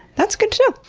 that's good to know.